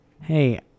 hey